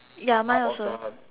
ya mine also